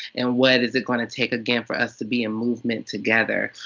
and what is it gonna take, again, for us to be in movement together.